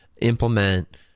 implement